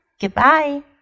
goodbye